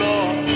Lord